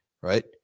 Right